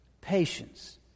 patience